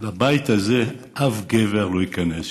לבית הזה אף גבר לא ייכנס יותר,